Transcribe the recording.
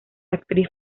actriz